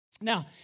Now